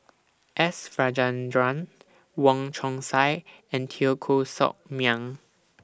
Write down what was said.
S Rajendran Wong Chong Sai and Teo Koh Sock Miang